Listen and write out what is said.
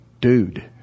Dude